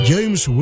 James